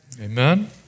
Amen